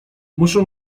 muszę